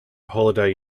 holiday